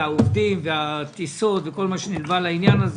על העובדים והטיסות וכל מה שנלווה לכך.